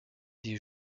des